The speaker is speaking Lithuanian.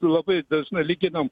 labai dažnai lyginam